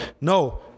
No